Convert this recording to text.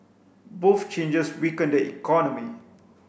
both changes weaken the economy